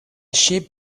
sheep